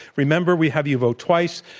remember, we have you vote twice,